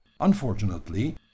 Unfortunately